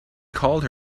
called